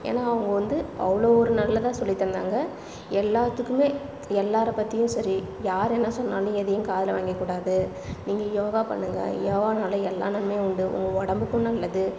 ஏன்னா அவங்க வந்து அவ்வளோ ஒரு நல்லதாக சொல்லித் தந்தாங்கள் எல்லாத்துக்குமே எல்லாரை பற்றியும் சரி யார் என்ன சொன்னாலும் எதையும் காதில் வாங்கக்கூடாது நீங்கள் யோகா பண்ணுங்கள் யோகானால் எல்லா நன்மையும் உண்டு உங்கள் உடம்புக்கும் நல்லது